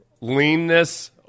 leanness